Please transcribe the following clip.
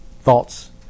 thoughts